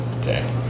Okay